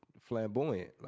flamboyant